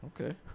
Okay